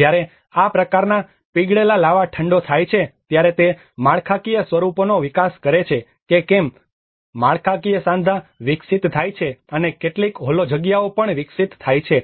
જ્યારે આ પ્રકારના પીગળેલા લાવા ઠંડો થાય છે ત્યારે તે માળખાકીય સ્વરૂપોનો વિકાસ કરે છે કે કેમ કે માળખાકીય સાંધા વિકસિત થાય છે અને કેટલીક હોલો જગ્યાઓ પણ વિકસિત થાય છે